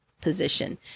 position